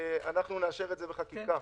אנחנו נאשר את זה בחקיקה.